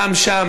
גם שם,